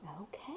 Okay